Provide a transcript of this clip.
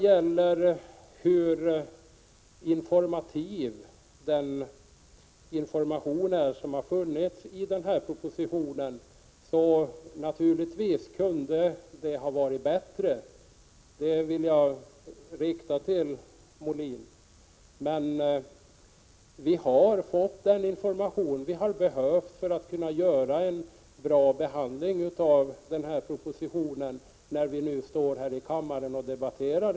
Beträffande informationen i propositionen kan man naturligtvis säga att den kunde ha varit bättre. Detta vill jag ha sagt till Per-Richard Molén. Men vi har fått den information som vi har behövt för att kunna göra en bra behandling av den här propositionen när vi nu står här i kammaren och debatterar.